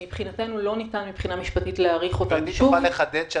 מבחינתנו לא ניתן מבחינה משפטית להאריך אותן שוב.